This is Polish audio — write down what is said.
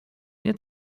nie